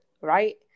right